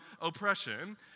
oppression